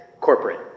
corporate